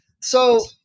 So-